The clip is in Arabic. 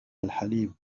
الحليب